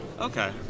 Okay